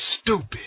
stupid